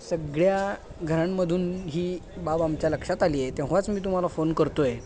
सगळ्या घरांमधून ही बाब आमच्या लक्षात आली आहे तेव्हाच मी तुम्हाला फोन करतो आहे